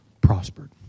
prospered